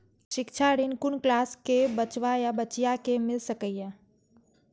शिक्षा ऋण कुन क्लास कै बचवा या बचिया कै मिल सके यै?